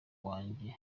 wanjye